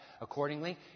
accordingly